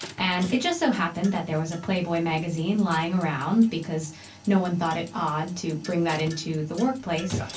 and it just so happened that there was a playboy magazine lying around because no one thought it odd to bring that into the workplace.